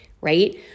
right